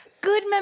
good